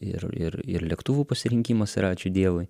ir ir ir lėktuvų pasirinkimas yra ačiū dievui